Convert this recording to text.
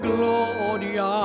Gloria